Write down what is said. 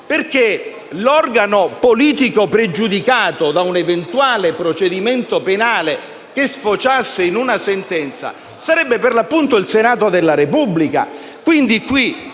perché l'organo politico pregiudicato da un eventuale procedimento penale che sfociasse in una sentenza sarebbe, per l'appunto, il Senato della Repubblica.